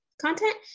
content